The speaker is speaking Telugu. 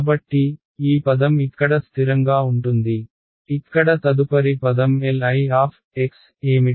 కాబట్టి ఈ పదం ఇక్కడ స్థిరంగా ఉంటుంది ఇక్కడ తదుపరి పదం Li ఏమిటి